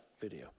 video